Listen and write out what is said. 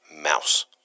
mouse